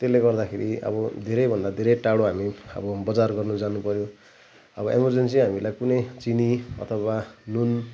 त्यसले गर्दाखेरि अब धेरैभन्दा धेरै टाढो हामी अब बजार गर्न जानु पर्यो अब एमर्जेन्सी हामीलाई कुनै चिनी अथवा नुन